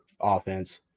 offense